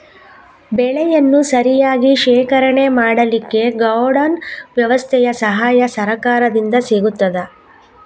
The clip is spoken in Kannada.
ಬೆಳೆಯನ್ನು ಸರಿಯಾಗಿ ಶೇಖರಣೆ ಮಾಡಲಿಕ್ಕೆ ಗೋಡೌನ್ ವ್ಯವಸ್ಥೆಯ ಸಹಾಯ ಸರಕಾರದಿಂದ ಸಿಗುತ್ತದಾ?